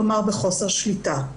כלומר בחוסר שליטה.